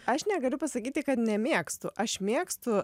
aš negaliu pasakyti kad nemėgstu aš mėgstu